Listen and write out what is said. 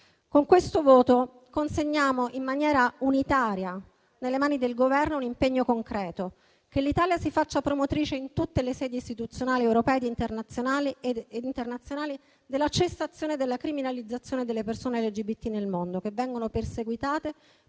Con questo voto consegniamo in maniera unitaria nelle mani del Governo un impegno concreto, affinché l'Italia si faccia promotrice in tutte le sedi istituzionali europee ed internazionali della cessazione della criminalizzazione delle persone LGBT nel mondo, che vengono perseguitate